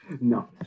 No